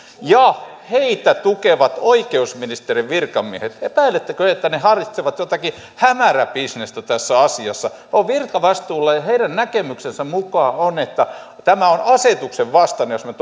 ja heitä tukevat oikeusministeriön virkamiehet toimineet epäilettekö että he hallitsevat jotakin hämäräbisnestä tässä asiassa he ovat virkavastuulla ja heidän näkemyksensä on että on asetuksen vastaista jos me